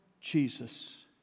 Jesus